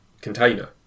container